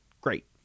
Great